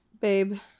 Babe